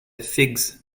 figs